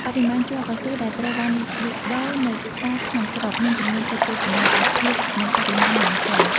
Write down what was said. បរិមាណជ័រកៅស៊ូដែលត្រូវបានលក់ដូរនៅផ្សារក្នុងស្រុកមានចំនួនតិចតួចប៉ុណ្ណោះ បើធៀបនឹងបរិមាណនាំចេញ។